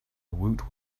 woot